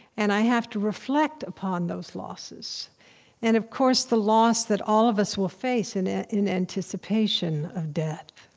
and i have to reflect upon those losses and, of course, the loss that all of us will face in ah in anticipation of death.